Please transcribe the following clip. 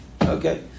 okay